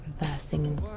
reversing